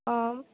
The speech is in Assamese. অঁ